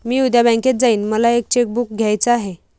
मी उद्या बँकेत जाईन मला एक चेक बुक घ्यायच आहे